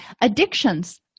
Addictions